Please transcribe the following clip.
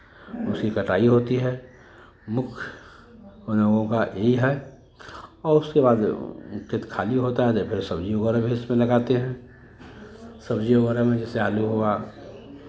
उसकी कटाई होती है मुख्य हम लोगों का यही है और उसके बाद खेत खाली होता है तो फेर सब्जी वगैरह भी उसमें लगाते हैं सब्जी वगैरह में जैसे आलू हुआ